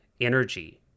energy